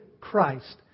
Christ